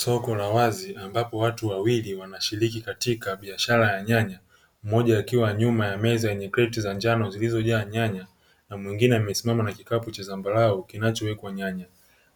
Soko la wazi ambapo watu wawili wanashiriki katika biashara ya nyanya, mmoja akiwa nyuma ya meza yenye kreti za njano zilizojaa nyanya, na mwingine amesimama na kikapu cha zambarau kinachowekwa nyanya.